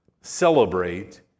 celebrate